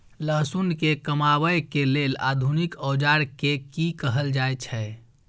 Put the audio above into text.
लहसुन के कमाबै के लेल आधुनिक औजार के कि कहल जाय छै?